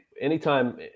anytime